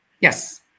Yes